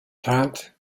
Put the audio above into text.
pratt